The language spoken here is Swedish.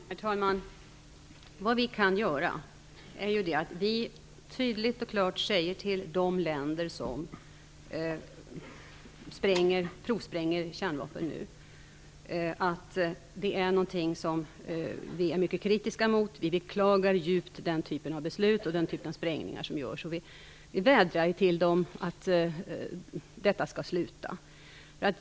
Herr talman! Vad vi kan göra är att vi tydligt och klart säger till de länder som provspränger kärnvapen att vi är mycket kritiska mot detta och att vi djupt beklagar denna typ av beslut om sprängningar. Vi vädjar till dem att dessa skall sluta.